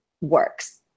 works